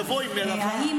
היא הייתה נערה, היא לא מבינה.